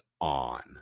on